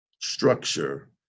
structure